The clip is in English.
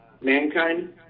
Mankind